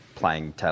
Playing